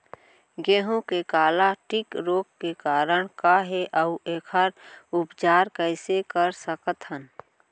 गेहूँ के काला टिक रोग के कारण का हे अऊ एखर उपचार कइसे कर सकत हन?